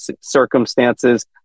circumstances